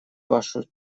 вашу